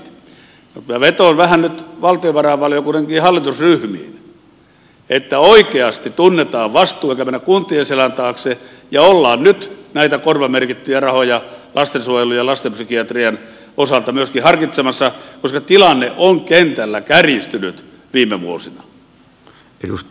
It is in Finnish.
minä vetoan nyt vähän valtiovarainvaliokunnankin hallitusryhmiin että oikeasti tunnetaan vastuu eikä mennä kuntien selän taakse ja ollaan nyt myöskin näitä korvamerkittyjä rahoja lastensuojelun ja lastenpsykiatrian osalta harkitsemassa koska tilanne on kentällä kärjistynyt viime vuosina